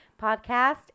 podcast